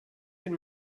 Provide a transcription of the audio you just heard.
den